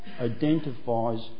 identifies